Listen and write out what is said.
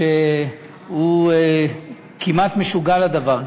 שהוא כמעט משוגע לדבר,